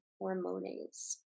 hormones